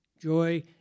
Joy